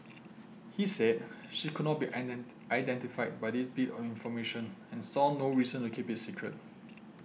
he said she could not be identified by this bit of information and saw no reason to keep it secret